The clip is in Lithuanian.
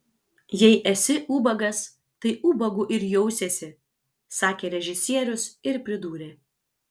jei esi ubagas tai ubagu ir jausiesi sakė režisierius ir pridūrė